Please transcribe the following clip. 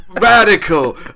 radical